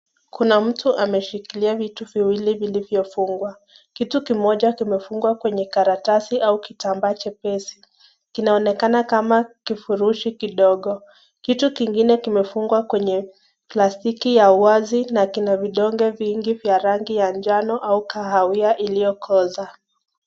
Kuna mtu ameshikilia vitu viwili vilivyofungwa, kitu kimoja kimefungwa kwenye karatasi au kitambaa chepesi kinaonekana kama kifurushi kidogo, kitu kingine kimefungwa kwenye plastiki ya wazi na kina vidonge vingi vya rangi ya njano au kahawia ilio koza.